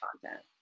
content